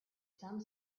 some